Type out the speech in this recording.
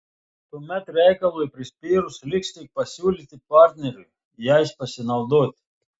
tuomet reikalui prispyrus liks tik pasiūlyti partneriui jais pasinaudoti